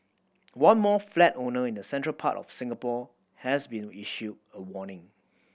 one more flat owner in the central part of Singapore has been issued a warning